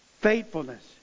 Faithfulness